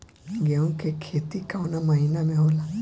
गेहूँ के खेती कवना महीना में होला?